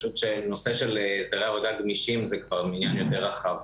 פשוט נושא של הסדרי עבודה גמישים זה כבר עניין יותר רחב.